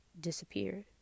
disappeared